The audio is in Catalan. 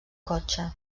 cotxe